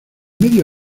medio